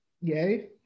yay